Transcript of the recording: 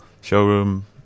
showroom